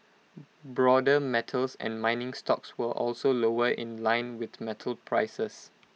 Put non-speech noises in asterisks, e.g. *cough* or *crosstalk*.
*noise* broader metals and mining stocks were also lower in line with metal prices